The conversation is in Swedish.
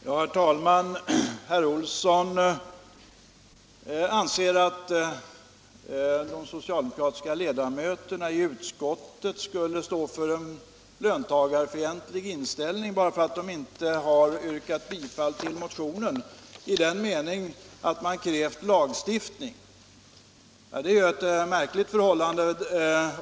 Herr talman! Herr Olsson i Sundsvall anser att de socialdemokratiska ledamöterna i utskottet skulle ha en löntagarfientlig inställning bara för att de inte har yrkat bifall till motionen i den meningen att de har krävt lagstiftning.